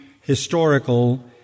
historical